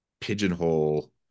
pigeonhole